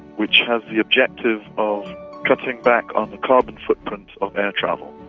which has the objective of cutting back on the carbon footprint of air travel.